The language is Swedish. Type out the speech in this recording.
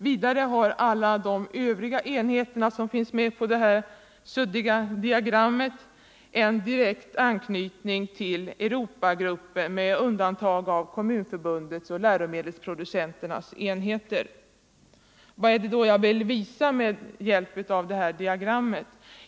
Vidare har alla de övriga grupperna på schemat en direkt anknytning till Europagruppen med undantag av Kommunförbundets och läromedelsproducenternas enheter. Vad är det då jag vill visa med hjälp av det här diagrammet?